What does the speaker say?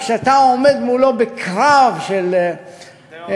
ידעת, כשאתה עומד מולו בקרב של נאומים,